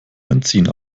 benzin